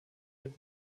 mit